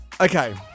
okay